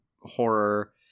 horror